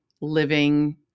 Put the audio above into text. living